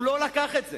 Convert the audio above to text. הוא לא לקח את זה.